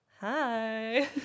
Hi